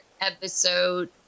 episode